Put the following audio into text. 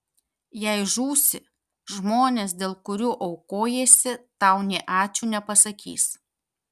jei žūsi žmonės dėl kurių aukojiesi tau nė ačiū nepasakys